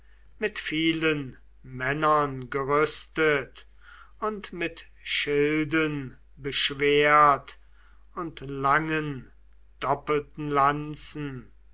mit vielen männern gerüstet und mit schilden beschwert und langen doppelten lanzen